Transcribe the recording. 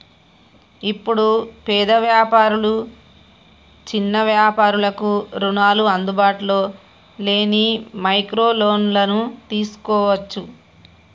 ఇప్పుడు పేద వ్యాపారులు చిన్న వ్యాపారులకు రుణాలు అందుబాటులో లేని మైక్రో లోన్లను తీసుకోవచ్చు